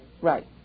Right